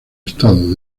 estado